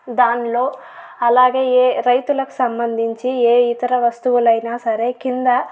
దానిలో అలాగే ఏ రైతులకు సంబంధించి ఏ ఇతర వస్తువులైన సరే కింద